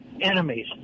enemies